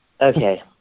Okay